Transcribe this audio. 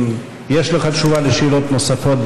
אם יש לך תשובה לשאלות נוספות,